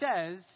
says